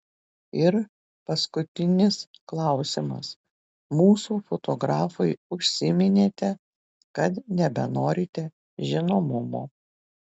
ir paskutinis klausimas mūsų fotografui užsiminėte kad nebenorite žinomumo